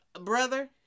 Brother